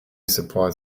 supplied